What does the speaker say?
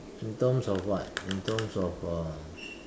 in terms of what in terms of uh